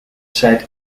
set